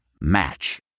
Match